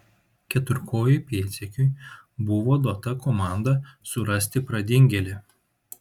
keturkojui pėdsekiui buvo duota komanda surasti pradingėlį